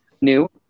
new